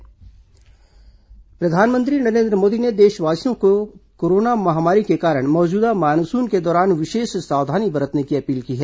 प्रधानमंत्री अपील प्रधानमंत्री नरेन्द्र मोदी ने देशवासियों से कोरोना महामारी के कारण मौजूदा मानसून के दौरान विशेष सावधानी बरतने की अपील की है